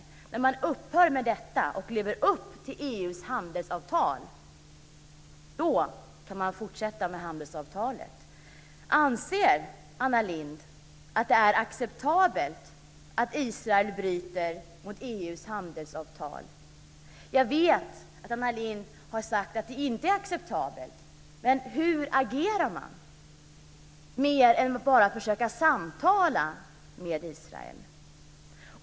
När man upphör med detta och lever upp till EU:s handelsavtal kan man fortsätta med handelsavtalet. Anser Anna Lindh att det är acceptabelt att Israel bryter mot EU:s handelsavtal? Jag vet att Anna Lindh har sagt att det inte är acceptabelt, men hur agerar man mer än att bara försöka samtala med Israel?